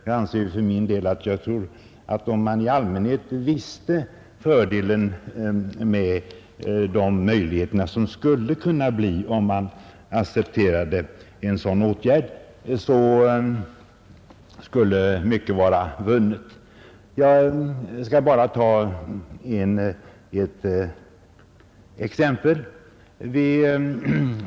Jag anser för min del att om man i allmänhet kände till de möjligheter som skulle kunna åstadkommas genom ett accepterande av den föreslagna åtgärden skulle mycket vara vunnet. Jag skall bara ta ett exempel.